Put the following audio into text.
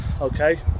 Okay